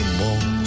more